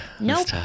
Nope